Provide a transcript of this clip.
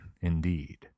indeed